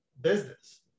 business